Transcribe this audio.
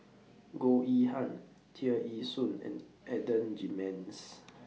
Goh Yihan Tear Ee Soon and Adan Jimenez